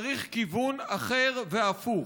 צריך כיוון אחר והפוך.